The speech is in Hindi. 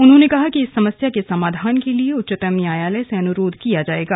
उन्होंने कहा कि इस समस्या के समाधान के लिए उच्चतम न्यायालय से अनुरोध किया जायेगा